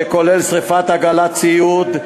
שכולל שרפת עגלת ציוד,